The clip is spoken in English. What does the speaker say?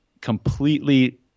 completely